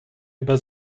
über